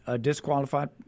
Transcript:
disqualified